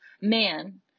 man